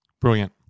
Brilliant